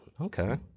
Okay